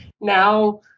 now